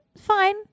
Fine